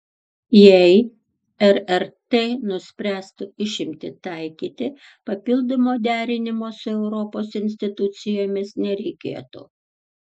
jei rrt nuspręstų išimtį taikyti papildomo derinimo su europos institucijomis nereikėtų